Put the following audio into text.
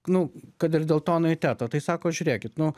nu kad ir dėl to anuiteto tai sako žiūrėkit nu